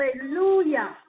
Hallelujah